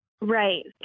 Right